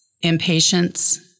impatience